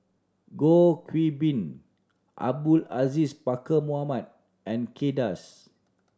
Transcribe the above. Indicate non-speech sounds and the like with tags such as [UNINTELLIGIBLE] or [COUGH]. Goh [UNINTELLIGIBLE] Bin Abdul Aziz Pakkeer Mohamed and Kay Das